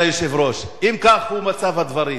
אם כך הוא מצב הדברים,